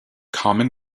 common